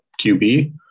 QB